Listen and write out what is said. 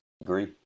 Agree